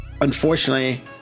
unfortunately